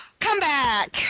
Comeback